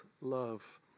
love